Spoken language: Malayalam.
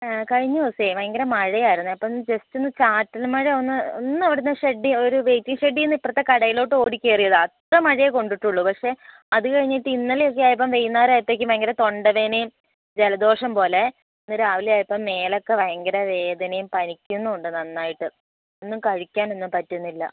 കഴിഞ്ഞ ദിവസമേ ഭയങ്കര മഴയായിരുന്നേ അപ്പം ഒന്നു ജസ്റ്റ് ഒന്ന് ചാറ്റൽമഴയൊന്ന് ഒന്ന് ഒന്ന് ഇവിടെ നിന്നും ഷെഡ്ഡി ഒരു വെയിറ്റിങ് ഷെഡ്ഡിൽ നിന്നു ഇപ്പുറത്തെ കടയിലോട്ട് ഓടിക്കേറിയതാണ് അത്ര മഴയേ കൊണ്ടിട്ടുള്ളൂ പക്ഷേ അതുകഴിഞ്ഞിട്ട് ഇന്നലെയൊക്കെയായപ്പോൾ വൈകുന്നേരമായപ്പോഴത്തേക്ക് ഭയങ്കര തൊണ്ടവേദനയും ജലദോഷം പോലെ ഇന്ന് രാവിലെയായപ്പോൾ മേലൊക്കെ ഭയങ്കര വേദനയും പനിക്കുന്നുമുണ്ട് നന്നായിട്ട് ഒന്നും കഴിക്കാനൊന്നും പറ്റുന്നില്ല